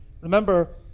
Remember